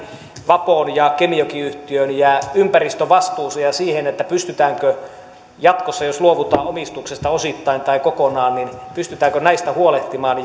vapoon ja kemijoki yhtiöön ja ympäristövastuuseen ja siihen pystytäänkö jatkossa jos luovutaan omistuksesta osittain tai kokonaan näistä huolehtimaan